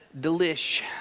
delish